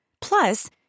Plus